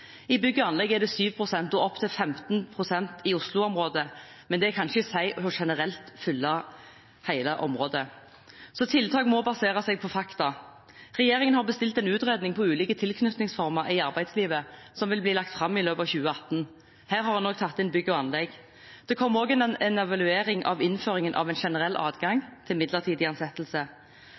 Innen bygg og anlegg er det 7 pst., og opptil 15 pst. i Oslo-området, men det kan ikke generelt sies å fylle hele området. Tiltak må basere seg på fakta. Regjeringen har bestilt en utredning av ulike tilknytningsformer i arbeidslivet som vil bli lagt fram i løpet av 2018. Her har en også tatt inn bygg- og anleggsbransjen. Det kommer også en evaluering av innføringen av en generell adgang til midlertidig ansettelse.